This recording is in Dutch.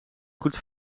goed